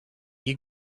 you